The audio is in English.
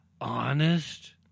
honest